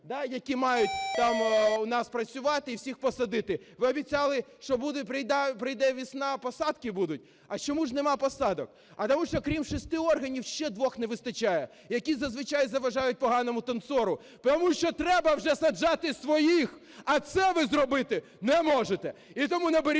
які мають там у нас працювати і всіх посадити. Ви обіцяли, що буде, прийде весна – посадки будуть. А чому ж нема посадок? А тому що крім шести органів ще двох не вистачає, які зазвичай заважають поганому танцору. Тому що треба вже саджати своїх, а це ви зробити не можете. А тому наберіться